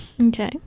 okay